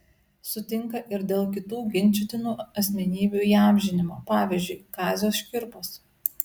sutinka ir dėl kitų ginčytinų asmenybių įamžinimo pavyzdžiui kazio škirpos